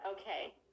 okay